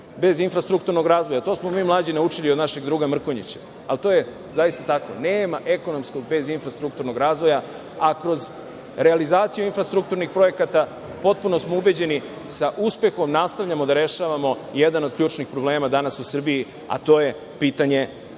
bez infrastrukturnog razvoja. To smo mi mlađi naučili od našeg druga Mrkonjića, a to je zaista tako. Nema ekonomskog bez infrastrukturnog razvoja, a kroz realizaciju infrastrukturnih projekata, potpuno smo ubeđeni, sa uspehom nastavljamo da rešavamo jedan od ključnih problema danas u Srbiji, a to je pitanje